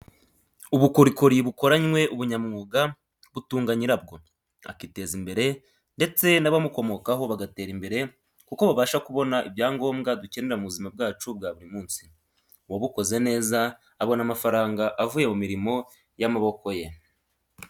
Ubukorikori bukoranywe ubunyamwuga butunga nyirabwo, akiteza imbere ndetse n'abamukomokaho bagatera imbere kuko babasha kubona ibyangombwa dukenera mu buzima bwacu bwa buri munsi. Uwabukoze neza abona amafaranga avuye mumirimo y'amaboko ye.